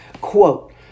Quote